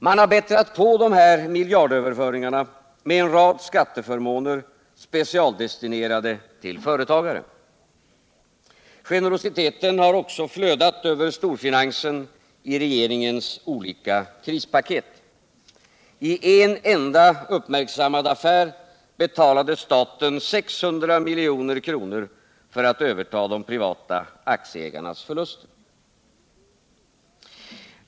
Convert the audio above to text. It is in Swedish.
Man har bättrat på dessa miljardöverföringar med en rad skatteförmåner, specialdestinerade till företagarna. Generositeten har också flödat över storfinansen i regeringens olika krispaket. I en enda uppmärksammad affär betalade staten 600 milj.kr. för att överta de privata aktieägarnas förluster.